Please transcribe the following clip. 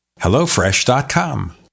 HelloFresh.com